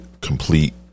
complete